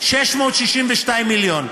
662 מיליון.